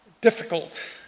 difficult